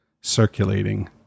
circulating